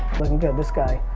looking good, this guy,